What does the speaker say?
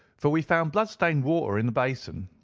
for we found blood-stained water in the basin,